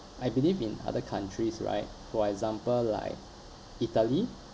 I believe in other countries right for example like italy